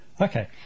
Okay